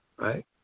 right